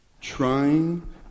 trying